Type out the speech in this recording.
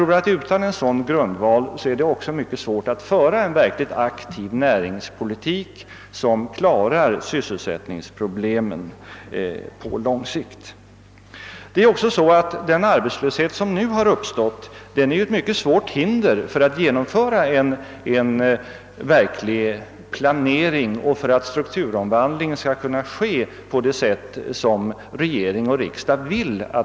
Utan en sådan grundval tror jag också att det är mycket svårt att föra en aktiv näringspolitik som klarar sysselsättningsproblemen på lång sikt. Den arbetslöshet som nu har uppstått är också ett mycket svårt hinder för att genomföra en verklig planering och för att strukturomvandlingen skall kunna ske på det sätt som regering och riksdag önskar.